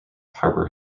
harbor